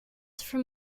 from